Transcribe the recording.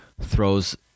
throws